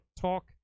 talk